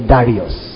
Darius